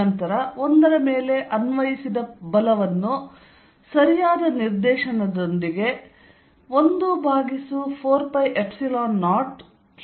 ನಂತರ 1 ರ ಮೇಲೆ ಪ್ರಯೋಗಿಸಿದ ಬಲವನ್ನು ಸರಿಯಾದ ನಿರ್ದೇಶನದೊಂದಿಗೆ 14π0q1q2r122 ಎಂದು ಬರೆಯಬಹುದು